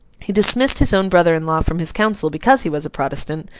he dismissed his own brother-in-law from his council because he was a protestant,